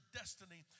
destiny